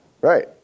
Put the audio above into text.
Right